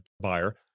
buyer